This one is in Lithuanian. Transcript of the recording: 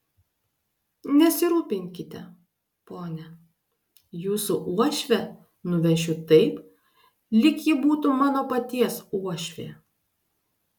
nesirūpinkite pone jūsų uošvę nuvešiu taip lyg ji būtų mano paties uošvė